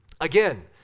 Again